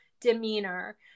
demeanor